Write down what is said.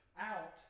out